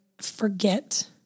forget